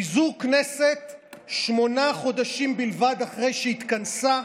פיזור כנסת שמונה חודשים בלבד אחרי שהתכנסה,